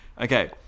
Okay